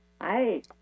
Hi